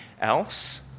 else